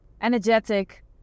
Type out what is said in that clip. energetic